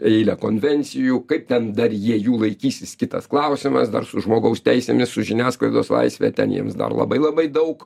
eilę konvencijų kaip ten dar jie jų laikysis kitas klausimas dar su žmogaus teisėmis su žiniasklaidos laisve ten jiems dar labai labai daug